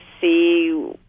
see